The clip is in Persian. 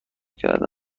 کردن